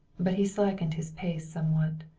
but he slackened his pace somewhat.